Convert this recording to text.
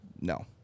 no